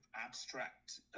abstract